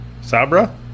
Sabra